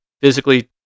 physically